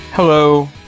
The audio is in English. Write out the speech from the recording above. Hello